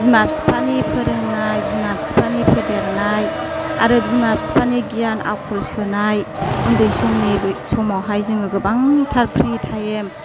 बिमा बिफानि फोरोंनाय बिमा बिफानि फेदेरनाय आरो बिमा बिफानि गियान आखल सोनाय उन्दै समनि बै समावहाय जोङो गोबांथार प्रि थाइम